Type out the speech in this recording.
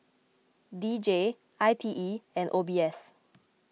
D J I T E and O B S